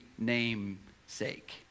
Namesake